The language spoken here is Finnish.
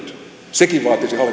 sekin